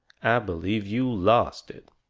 i believe you lost it.